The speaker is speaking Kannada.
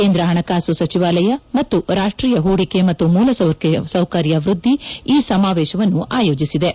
ಕೇಂದ್ರ ಹಣಕಾಸು ಸಚಿವಾಲಯ ಮತ್ತು ರಾಷ್ಟೀಯ ಹೂಡಿಕೆ ಮತ್ತು ಮೂಲಸೌಕರ್ಯ ವೃದ್ದಿ ಈ ಸಮಾವೇಶವನ್ನು ಆಯೋಜಿಸಿವೆ